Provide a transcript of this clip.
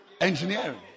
Engineering